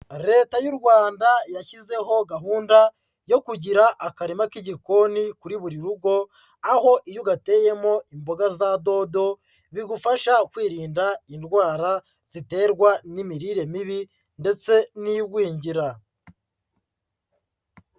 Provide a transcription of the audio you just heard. Leta y'u Rwanda yashyizeho gahunda yo kugira akarima k'igikoni kuri buri rugo, aho iyo ugateyemo imboga za dodo bigufasha kwirinda indwara ziterwa n'imirire mibi ndetse n'igwingira.